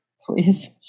Please